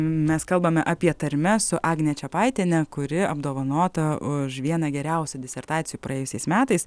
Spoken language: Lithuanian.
mes kalbame apie tarmes su agne čepaitiene kuri apdovanota už vieną geriausių disertacijų praėjusiais metais